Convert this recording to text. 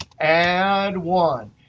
add one.